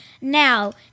Now